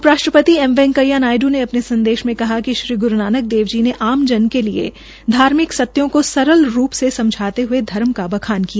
उपराष्ट्रपति एम वैकेंया नायड्र ने अपने संदेश में कहा कि श्री गुरू नानक देव जी ने आम जन के लिए धार्मिक सत्यों की सरल रूप में समझाते हये धर्म का बखान किया